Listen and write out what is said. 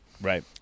Right